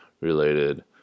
related